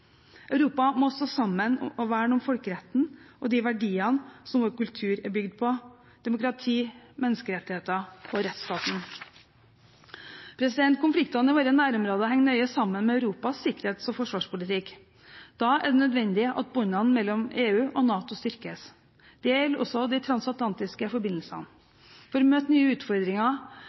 Europa må stå sammen om å verne om folkeretten og de verdiene som vår kultur er bygd på – demokrati, menneskerettigheter og rettsstaten. Konfliktene i våre nærområder henger nøye sammen med Europas sikkerhets- og forsvarspolitikk. Da er det nødvendig at båndene mellom EU og NATO styrkes. Det gjelder også de transatlantiske